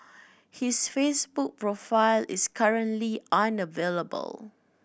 his Facebook profile is currently unavailable